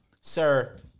sir